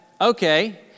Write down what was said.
okay